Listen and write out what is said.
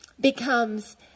becomes